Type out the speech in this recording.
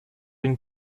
den